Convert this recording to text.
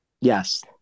Yes